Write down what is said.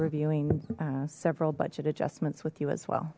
reviewing several budget adjustments with you as well